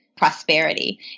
prosperity